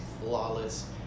flawless